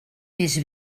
més